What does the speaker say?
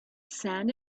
sand